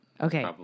Okay